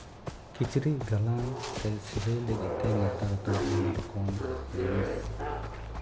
ᱠᱤᱪᱨᱤᱡ ᱜᱟᱞᱟᱝ ᱥᱮ ᱥᱤᱞᱟᱹᱭ ᱞᱟᱹᱜᱤᱫ ᱛᱮ ᱱᱮᱛᱟᱨ ᱫᱚ ᱟᱭᱢᱟ ᱨᱚᱠᱚᱢ ᱡᱤᱱᱤᱥ